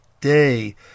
day